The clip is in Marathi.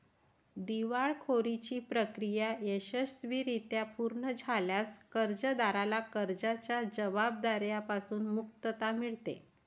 दिवाळखोरीची प्रक्रिया यशस्वीरित्या पूर्ण झाल्यास कर्जदाराला कर्जाच्या जबाबदार्या पासून मुक्तता मिळते